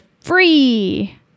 free